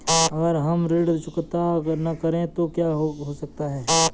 अगर हम ऋण चुकता न करें तो क्या हो सकता है?